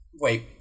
wait